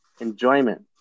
enjoyment